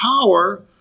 power